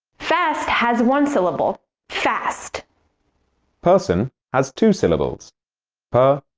fast has one syllable fast person has two syllables but